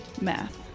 math